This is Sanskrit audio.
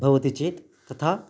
भवति चेत् तथा